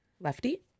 Lefty